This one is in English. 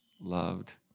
loved